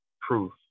proof